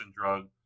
drug